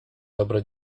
dobro